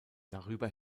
darüber